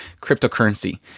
cryptocurrency